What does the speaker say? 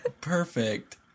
Perfect